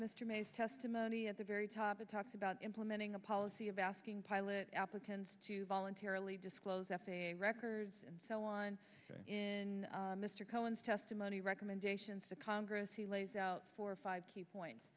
mr may's testimony at the very top it talks about implementing a policy of asking pilot applicants to voluntarily disclose f a a records and so on in mr cohen's testimony recommendations to congress he lays out for five key points